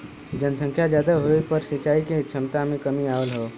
जनसंख्या जादा होये पर सिंचाई के छमता में कमी आयल हौ